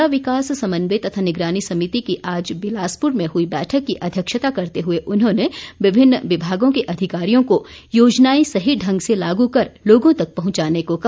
जिला विकास समन्वय तथा निगरानी समिति की आज बिलासपुर में हुई बैठक की अध्यक्षता करते हुए उन्होंने विभिन्न विभागों के अधिकारियों को योजनाएं सही ढंग से लागू कर लोगों तक पहुंचाने को कहा